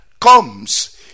comes